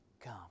Come